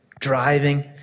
driving